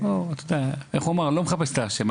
איך אמרו אני לא מחפש את האשם.